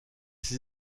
ses